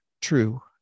true